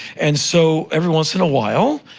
and so, every once in a while,